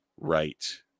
Right